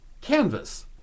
Canvas